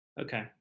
Okay